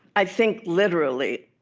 i think literally.